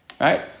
right